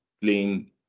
playing